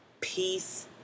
peace